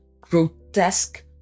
grotesque